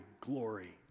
glory